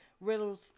riddles